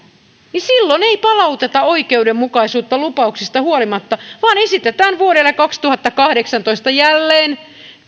niin silloin ei palauteta oikeudenmukaisuutta lupauksista huolimatta vaan esitetään vuodelle kaksituhattakahdeksantoista jälleen